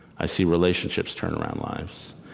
i see relationships turn around lives,